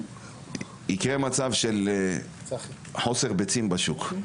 אז יקרה מצב של חוסר ביצים בשוק.